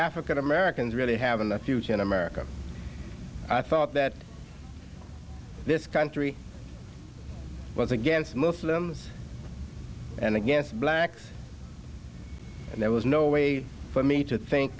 african americans really having a future in america i thought that this country was against muslims and against blacks and there was no way for me to think